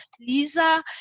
Lisa